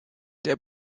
der